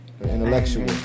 Intellectual